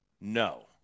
no